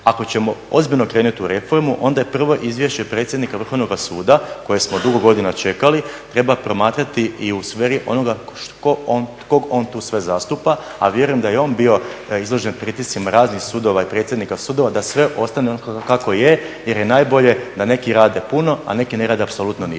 Ako ćemo ozbiljno krenuti u reformu onda je prvo izvješće predsjednika Vrhovnoga suda koje smo dugo godina čekali treba promatrati i u sferi onoga kog on tu sve zastupa, a vjerujem da je i on bio izložen pritiscima raznih sudova i predsjednika sudova da sve ostane onako kako je jer je najbolje da neki rade puno, a neki ne rade apsolutno ništa.